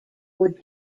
would